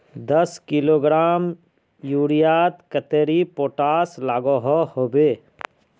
दस किलोग्राम यूरियात कतेरी पोटास लागोहो होबे?